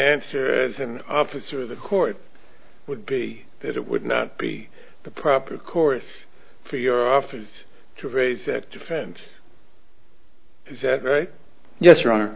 answer as an officer of the court would be that it would not be the proper course for your office to raise that defense is that right yes